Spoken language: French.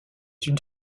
une